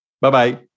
Bye-bye